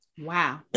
Wow